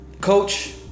coach